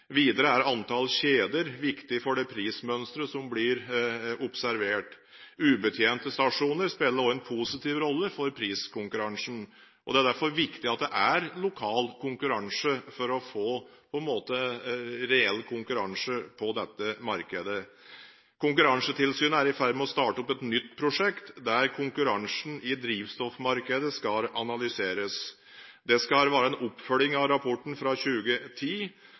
Videre er antall kjeder viktig for det prismønsteret som blir observert. Ubetjente stasjoner spiller også en positiv rolle for priskonkurransen. Det er derfor viktig at det er lokal konkurranse for å få reell konkurranse i dette markedet. Konkurransetilsynet er i ferd med å starte opp et nytt prosjekt der konkurransen i drivstoffmarkedet skal analyseres. Det skal være en oppfølging av rapporten fra 2010,